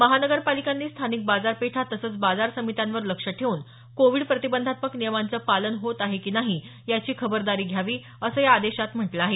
महानगरपालिकांनी स्थानिक बाजारपेठा तसंच बाजार समित्यांवर लक्ष ठेऊन कोविड प्रतिबंधात्मक नियमांचं पालन होत आहे की नाही याची खबरदारी घ्यावी असं या आदेशात म्हटलं आहे